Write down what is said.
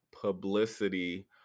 publicity